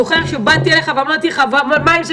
אתה זוכר שבאתי אליך ואמרתי לך: מה עם זה?